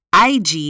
IG